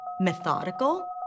Methodical